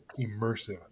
immersive